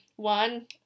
One